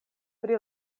pri